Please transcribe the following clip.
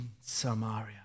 Samaria